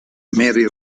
mary